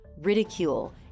ridicule